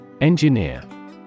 Engineer